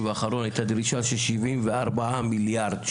האחרון היית הדרישה של 74 מיליארד ₪,